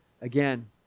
again